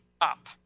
up